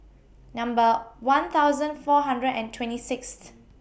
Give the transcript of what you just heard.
Number one thousand four hundred and twenty Sixth